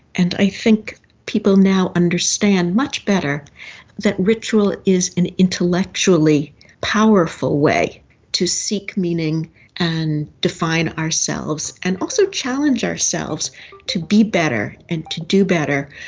and i think people now understand much better that ritual is an intellectually powerful way to seek meaning and define ourselves, and also challenge ourselves to be better and to do better,